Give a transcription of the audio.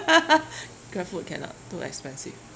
Grabfood cannot too expensive